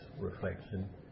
reflection